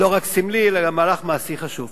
לא רק סמלי, אלא גם מהלך מעשי חשוב.